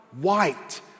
white